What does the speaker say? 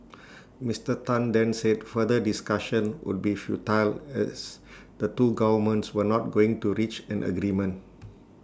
Mister Tan then said further discussion would be futile as the two governments were not going to reach an agreement